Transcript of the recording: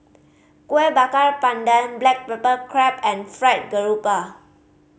Kueh Bakar Pandan black pepper crab and Fried Garoupa